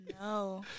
No